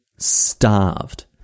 starved